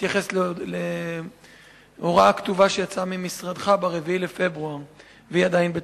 אני מתייחס להוראה כתובה שיצאה ממשרדך ב-4 בפברואר והיא עדיין בתוקף.